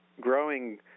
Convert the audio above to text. growing